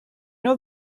know